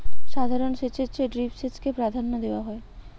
সাধারণ সেচের চেয়ে ড্রিপ সেচকে প্রাধান্য দেওয়া হয়